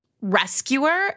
rescuer